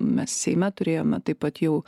mes seime turėjome taip pat jau